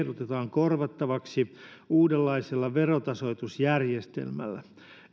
korvattavaksi uudenlaisella verontasoitusjärjestelmällä